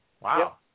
Wow